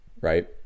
right